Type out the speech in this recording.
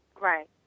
Right